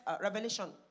Revelation